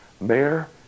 Mayor